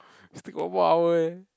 still got one more hour eh